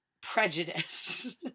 prejudice